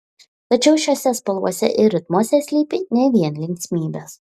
tačiau šiose spalvose ir ritmuose slypi ne vien linksmybės